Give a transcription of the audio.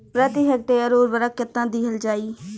प्रति हेक्टेयर उर्वरक केतना दिहल जाई?